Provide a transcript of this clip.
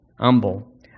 humble